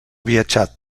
viatjat